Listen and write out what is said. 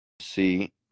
see